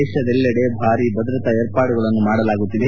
ದೇಶದಲ್ಲೆಡೆ ಭಾರೀ ಭದ್ರತಾ ವಿರ್ಪಾಡುಗಳನ್ನು ಮಾಡಲಾಗುತ್ತಿದೆ